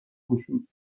گشود